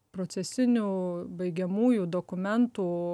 procesinių baigiamųjų dokumentų